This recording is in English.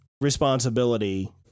responsibility